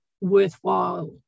worthwhile